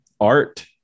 art